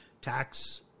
Tax